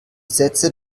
sätze